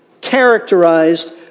characterized